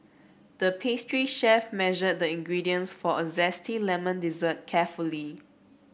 the pastry chef measured the ingredients for a zesty lemon dessert carefully